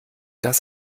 das